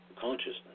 consciousness